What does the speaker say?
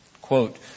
Quote